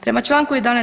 Prema članku 11.